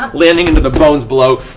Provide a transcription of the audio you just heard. um landing into the bones below.